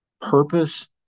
purpose